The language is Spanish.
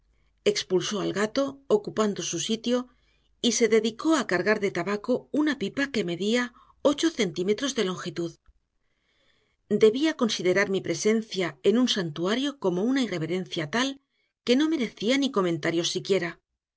expulsó al gato ocupando su sitio y se dedicó a cargar de tabaco una pipa que medía ocho centímetros de longitud debía considerar mi presencia en su santuario como una irreverencia tal que no merecía ni comentarios siquiera